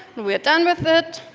we are done with it.